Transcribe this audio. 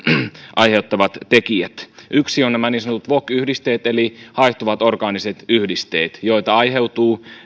aiheuttavat tekijät yksi on nämä niin sanotut voc yhdisteet eli haihtuvat orgaaniset yhdisteet joita aiheutuu